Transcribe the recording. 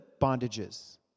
bondages